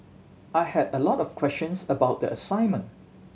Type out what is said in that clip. I had a lot of questions about the assignment